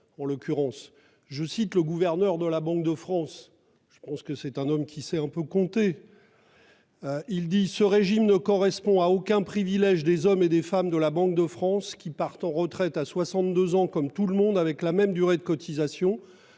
en l'occurrence, peu de valeur. Le gouverneur de la Banque de France, dont je pense qu'il doit savoir un peu compter, dit que ce régime ne correspond « à aucun privilège des hommes et des femmes de la Banque de France, qui partent à la retraite à 62 ans comme tout le monde, avec la même durée de cotisation